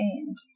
end